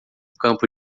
campo